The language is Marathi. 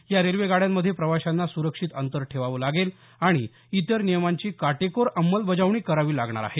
या रेल्वे गाड्यांमध्ये प्रवाशांना सुरक्षित अंतर ठेवावं लागेल आणि इतर नियमांची काटेकोर अंमलबजावणी करावी लागणार आहे